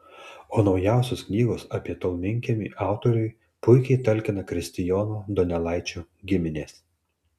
o naujosios knygos apie tolminkiemį autoriui puikiai talkina kristijono donelaičio giminės